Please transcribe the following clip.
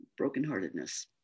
brokenheartedness